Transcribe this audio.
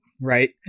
right